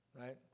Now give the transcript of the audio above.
right